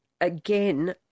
again